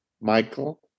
Michael